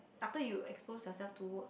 after you expose yourself to work